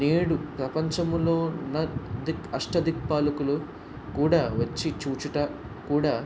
నేడు ప్రపంచంలో ఉన్న అష్టదిక్పాలకులు కూడా వచ్చి చూచుట కూడా